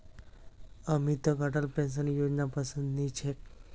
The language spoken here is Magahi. अमितक अटल पेंशन योजनापसंद नी छेक